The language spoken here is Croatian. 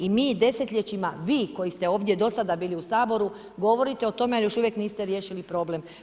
I mi desetljećima, vi koji ste ovdje do sada bili u Saboru govorite o tome a još uvijek niste riješili problem.